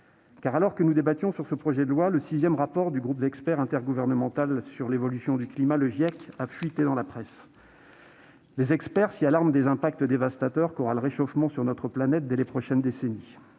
alors que nous débattions de ce projet de loi, le sixième rapport du Groupe d'experts intergouvernemental sur l'évolution du climat (GIEC) a fuité dans la presse. Les experts s'y alarment des impacts dévastateurs que le réchauffement aura sur notre planète dès les prochaines décennies.